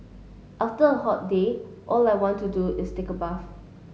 after a hot day all I want to do is take a bath